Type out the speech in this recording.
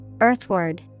Earthward